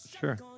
Sure